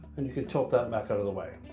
and you can tilt that back out of the way